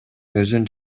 өзүн